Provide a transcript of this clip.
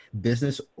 business